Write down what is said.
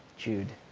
jude.